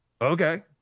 Okay